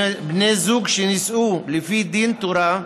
בני זוג שנישאו לפי 'דין תורה',